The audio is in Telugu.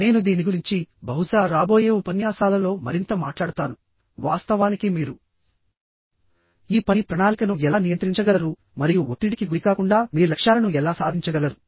నేను దీని గురించి బహుశా రాబోయే ఉపన్యాసాలలో మరింత మాట్లాడతాను వాస్తవానికి మీరు ఈ పని ప్రణాళికను ఎలా నియంత్రించగలరు మరియు ఒత్తిడికి గురికాకుండా మీ లక్ష్యాలను ఎలా సాధించగలరు